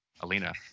Alina